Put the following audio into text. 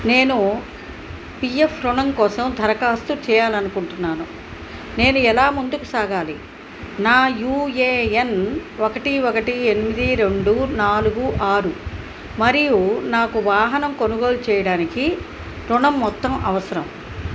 నేను P F రుణం కోసం దరఖాస్తు చేయాలనుకుంటున్నాను నేను ఎలా ముందుకు సాగాలి నా యూ ఏ ఎన్ ఒకటి ఒకటి ఎనిమిది రెండు నాలుగు ఆరు మరియు నాకు వాహనం కొనుగోలు చేయడానికి రుణం మొత్తం అవసరం